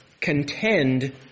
contend